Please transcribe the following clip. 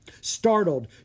Startled